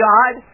God